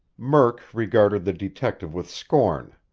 murk regarded the detective with scorn,